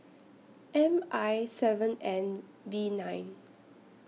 M I seven N V nine